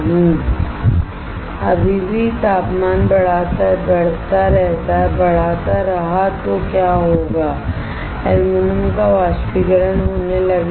अगर मैं अभी भी तापमान बढ़ाता रहा तो क्या होगा एल्यूमीनियम का वाष्पीकरण होने लगेगा